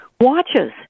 watches